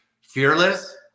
fearless